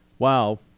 wow